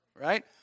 right